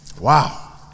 Wow